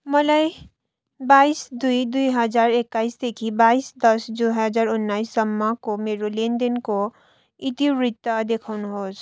मलाई बाइस दुई दुई हजार एकाइसदेखि बाइस दस दुई हजार उन्नाइससम्मको मेरो लेनदेनको इतिवृत्त देखाउनुहोस्